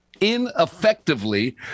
ineffectively